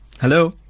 Hello